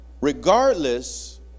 Regardless